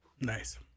Nice